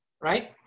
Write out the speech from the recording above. right